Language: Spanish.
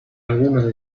algunas